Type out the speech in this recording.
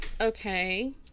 okay